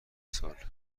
سال